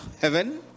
heaven